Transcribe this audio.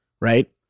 right